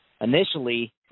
initially